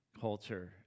culture